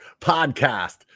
podcast